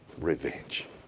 revenge